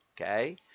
Okay